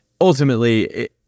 ultimately